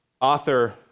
Author